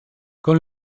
con